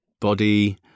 body